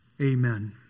Amen